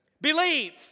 Believe